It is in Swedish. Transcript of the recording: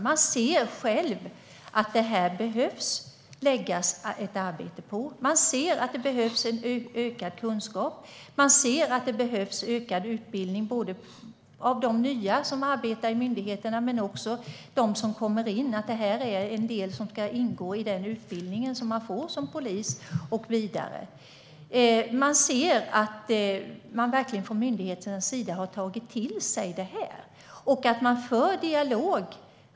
Man ser själv att det behöver läggas ett arbete på det. Man ser att det behövs en ökad kunskap. Man ser att det behövs ökad utbildning, både av de nya som arbetar i myndigheterna och de som kommer in. Detta är en del som ska ingå i den utbildning poliser får och vidare. Myndigheterna har verkligen tagit till sig av rekommendationerna. De för en dialog.